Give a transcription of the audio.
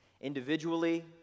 Individually